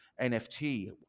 NFT